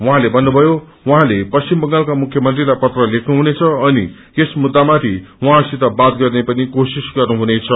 उहाँले भन्नुभयो उहाँले पश्चिम बंगालका मुख्यमंत्री लाई पत्र लेख्नु हुनेद अनि यस मुद्दामाथि उहाँसित बात गर्ने पनि कोशिश गर्नुहुनेछ